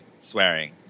swearing